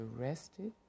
arrested